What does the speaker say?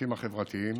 והשירותים החברתיים